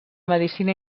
medicina